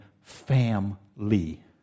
family